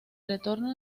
retorno